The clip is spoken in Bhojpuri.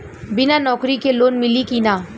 बिना नौकरी के लोन मिली कि ना?